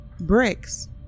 Bricks